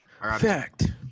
Fact